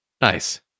Nice